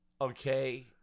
okay